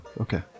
okay